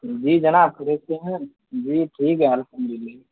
جی جناب خیریت سے ہیں جی ٹھیک ہے الحمد اللہ